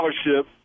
scholarship